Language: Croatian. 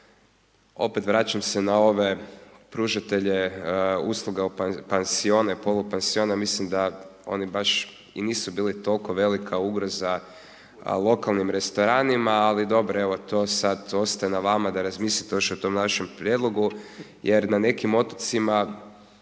Opet vraćam se na ove pružatelje usluga, pansione, polupansione, mislim da oni baš i nisu bili toliko velika ugroza lokalnim restoranima ali dobro evo, to sad ostaje na vama da razmislite još o tom našem prijedlogu jer na nekim otocima